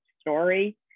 story